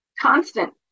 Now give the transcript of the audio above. constant